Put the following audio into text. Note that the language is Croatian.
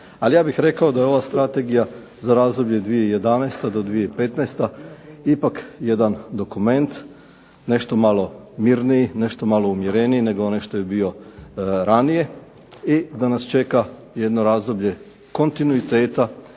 Ali ja bih rekao da je ova Strategija za razdoblje 2011. do 2015. ipak jedan dokument nešto malo mirniji, nešto malo umjereniji nego onaj što je bio ranije i da nas čeka jedno razdoblje kontinuiteta,